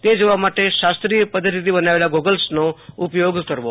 તે જોવા માટે શાસ્ત્રીય પધ્ધતિથી બનાવેલા ગોગલ્સનો ઉપયોગ કરવો